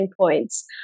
points